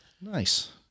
Nice